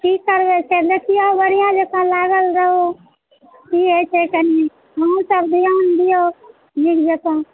की करबै से देखियौ बढ़िऑं जेकाँ लागल रहू की होइ छै कनी अहूँ सब ध्यान दियौ नीक जेकाँ